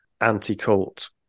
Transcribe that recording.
anti-cult